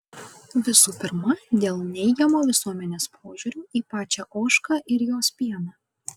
visų pirma dėl neigiamo visuomenės požiūrio į pačią ožką ir jos pieną